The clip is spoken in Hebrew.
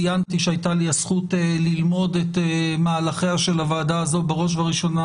ציינתי שהייתה לי הזכות ללמוד את מהלכיה של הוועדה הזו בראש וראשונה